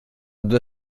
due